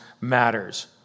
matters